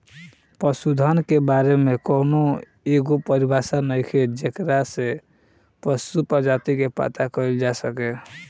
पशुधन के बारे में कौनो एगो परिभाषा नइखे जेकरा से पशु प्रजाति के पता कईल जा सके